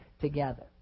together